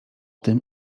tym